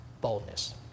boldness